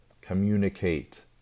Communicate